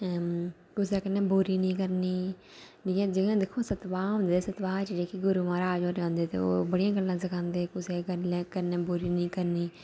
कुसै कन्नै बुरी नेईं करनी जि'यां दिक्खो सतवाह् होंदे सतवाह् च जेह्ड़े गुरू महाराज होर औंदे ते ओह् बड़ियां गल्लां सखांदे कुसै कन्नै बुरी नेईं करनी